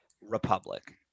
republic